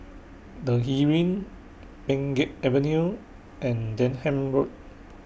The Heeren Pheng Geck Avenue and Denham Road